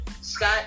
Scott